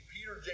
Peter